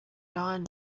dawn